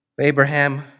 Abraham